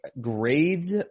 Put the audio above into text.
grades